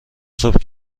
صبح